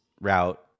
route